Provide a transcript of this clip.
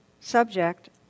subject